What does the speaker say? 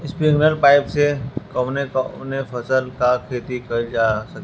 Sprinkler pipe से कवने कवने फसल क खेती कइल जा सकेला?